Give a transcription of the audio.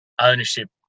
ownership